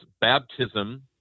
baptism